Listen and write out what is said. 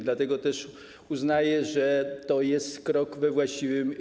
Dlatego też uznaję, że to jest krok we właściwym